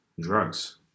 drugs